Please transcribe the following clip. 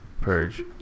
Purge